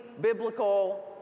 biblical